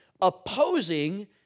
opposing